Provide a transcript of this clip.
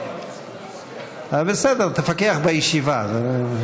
בסדר, תפקח בישיבה.